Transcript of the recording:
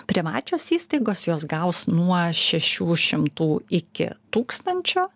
privačios įstaigos jos gaus nuo šešių šimtų iki tūkstančio